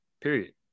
period